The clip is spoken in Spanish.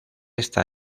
esta